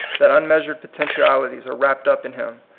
that unmeasured potentialities are wrapped up in him,